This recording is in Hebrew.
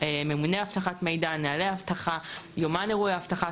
ממונה אבטחת מידע, נהלי אבטחה, יומן אירועי אבטחה.